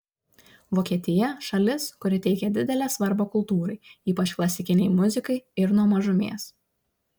vokietija šalis kuri teikia didelę svarbą kultūrai ypač klasikinei muzikai ir nuo mažumės